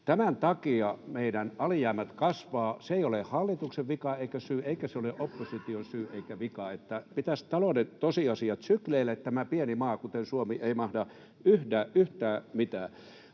Tämän takia meidän alijäämät kasvavat. Se ei ole hallituksen vika eikä syy, eikä se ole opposition syy eikä vika. Pitäisi talouden tosiasiat tuoda esille. Sykleille pieni maa, kuten Suomi, ei mahda yhtään mitään.